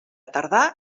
tardà